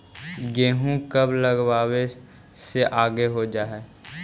गेहूं कब लगावे से आगे हो जाई?